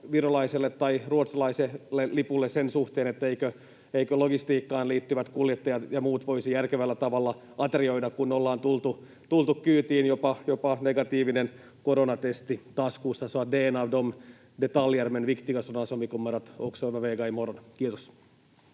virolaiselle tai ruotsalaiselle lipulle sen suhteen, eivätkö logistiikkaan liittyvät kuljettajat ja muut voisi järkevällä tavalla aterioida, kun ollaan tultu kyytiin jopa negatiivinen koronatesti taskussa.